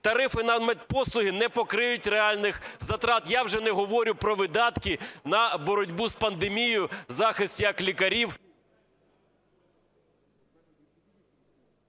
тарифи на медпослуги не покриють реальних затрат. Я вже не говорю про видатки на боротьбу з пандемією, захист як лікарів…